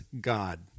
God